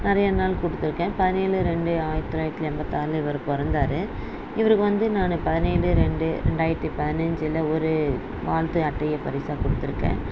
நிறைய நாள் கொடுத்துருக்கன் பதினேழு ரெண்டு ஆயிரத்து தொள்ளாயிரத்து எண்பத்தாறில் இவர் பிறந்தாரு இவருக்கு வந்து நான் பதினேழு ரெண்டு ரெண்டாயிரத்து பதினஞ்சில் ஒரு வாழ்த்து அட்டையை பரிசாக கொடுத்துருக்கன்